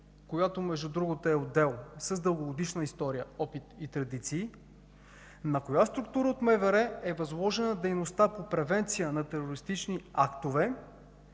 която между другото е отдел с дългогодишна история, опит и традиции, на коя структура от МВР е възложена дейността по превенция на терористични актове,